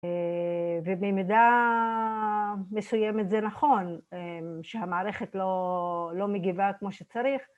‫ובמידה מסוימת זה נכון, ‫שהמערכת לא מגיבה כמו שצריך.